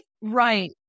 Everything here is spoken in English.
right